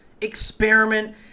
experiment